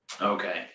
Okay